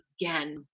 again